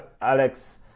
Alex